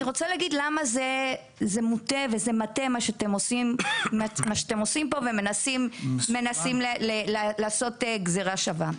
אני רוצה להגיד למה זה מוטה מה שאתם עושים פה ומנסים לעשות גזירה שווה.